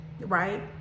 right